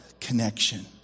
connection